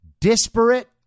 disparate